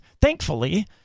Thankfully